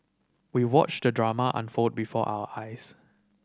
we watched the drama unfold before our eyes